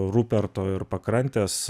ruperto ir pakrantės